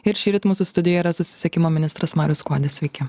ir šįryt mūsų studijoj yra susisiekimo ministras marius skuodis sveiki